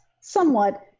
somewhat